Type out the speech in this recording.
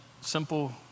simple